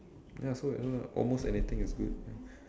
ya so so almost anything is good ya